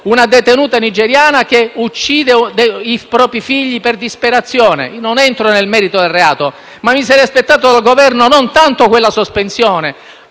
una detenuta nigeriana uccide i propri figli per disperazione. Non entro nel merito del reato, ma mi sarei aspettato dal Governo non tanto la sospensione,